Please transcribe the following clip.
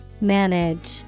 Manage